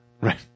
right